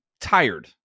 tired